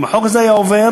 אם החוק הזה היה עובר,